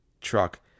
truck